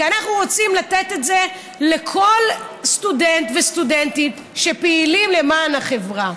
כי אנחנו רוצים לתת את זה לכל סטודנט וסטודנטית שפעילים למען החברה.